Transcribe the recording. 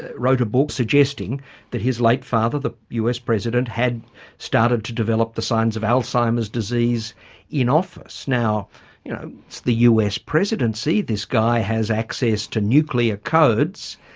wrote a book suggesting that his late father, the us president, had started to develop the signs of alzheimer's disease in office. now, you know, it's the us presidency, this guy has access to nuclear codes,